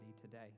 today